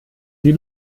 die